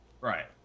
right